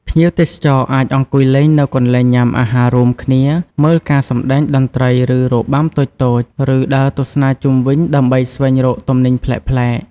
ភ្ញៀវទេសចរអាចអង្គុយលេងនៅកន្លែងញ៉ាំអាហាររួមគ្នា មើលការសម្ដែងតន្ត្រី ឬរបាំតូចៗ ឬដើរទស្សនាជុំវិញដើម្បីស្វែងរកទំនិញប្លែកៗ។